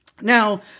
Now